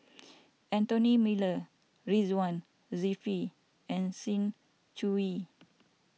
Anthony Miller Ridzwan Dzafir and Sng Choon Yee